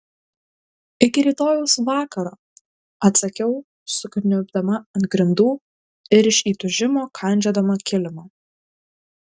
iki rytojaus vakaro atsakiau sukniubdama ant grindų ir iš įtūžimo kandžiodama kilimą